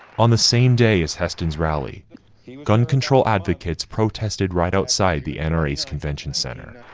on the same day as heston's rally gun control advocates protested right outside the and nra's convention center.